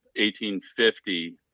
1850